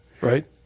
Right